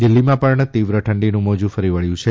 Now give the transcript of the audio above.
દિલ્હીમાં પણ તીવ્ર ઠંડીનું મોજુ ફરી વબ્યું છે